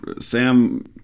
Sam